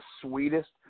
sweetest